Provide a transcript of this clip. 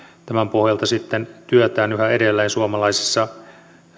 tämän pohjalta sitten työtään yhä edelleen suomalaisissa